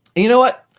you know what?